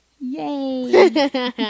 Yay